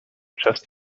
chest